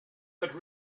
but